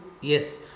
Yes